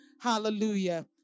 hallelujah